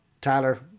Tyler